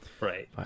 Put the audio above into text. right